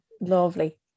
lovely